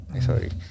Sorry